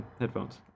headphones